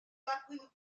chacune